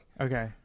Okay